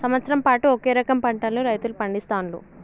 సంవత్సరం పాటు ఒకే రకం పంటలను రైతులు పండిస్తాండ్లు